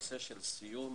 בנושא של סיום